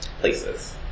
places